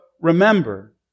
remember